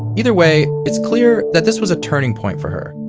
either way, it's clear that this was a turning point for her.